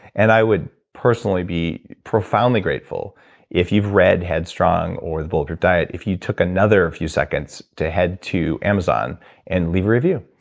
and i would personally be profoundly grateful if you've read headstrong or the bulletproof diet. if you took another few seconds to head to amazon and leave review,